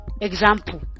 Example